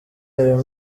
ayo